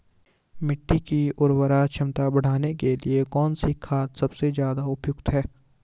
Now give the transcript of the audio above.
मिट्टी की उर्वरा क्षमता बढ़ाने के लिए कौन सी खाद सबसे ज़्यादा उपयुक्त है?